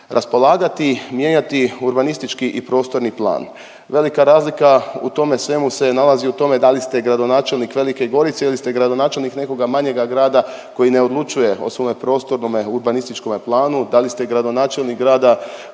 Raspolagati, mijenjati urbanistički i prostorni plan velika razlika u tome svemu se nalazi u tome da li ste gradonačelnik Velike Gorice ili ste gradonačelnik nekoga manjega grada koji ne odlučuje o svome prostornome, urbanističkome planu, da li ste gradonačelnik grada